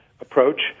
approach